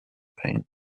pain